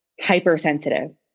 hypersensitive